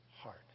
Heart